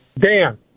Dan